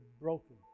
broken